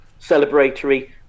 celebratory